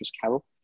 Carol